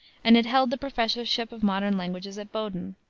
and had held the professorship of modern languages at bowdoin.